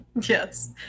Yes